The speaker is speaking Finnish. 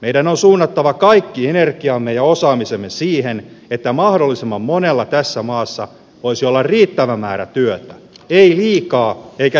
meidän on suunnattava kaikki energiamme ja osaamisemme siihen että mahdollisimman monella tässä maassa voisi olla riittävä määrä työtä ei liikaa eikä liian vähän